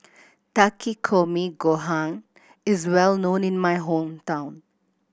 Takikomi Gohan is well known in my hometown